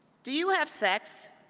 do you have sex?